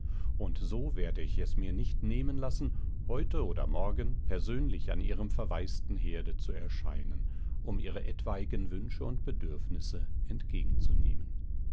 und so werde ich mir es nicht nehmen lassen heute oder morgen persönlich an ihrem verwaisten herde zu erscheinen um ihre etwaigen wünsche und bedürfnisse entgegenzunehmen